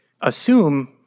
assume